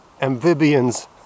amphibians